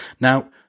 Now